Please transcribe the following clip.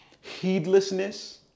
Heedlessness